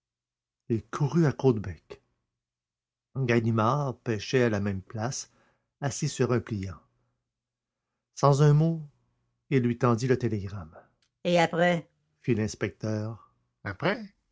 courut à caudebec ganimard pêchait à la même place assis sur un pliant sans un mot il lui tendit le télégramme et après fit l'inspecteur après